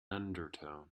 undertone